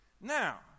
now